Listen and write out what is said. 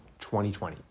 2020